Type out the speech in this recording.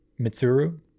Mitsuru